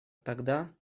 тогда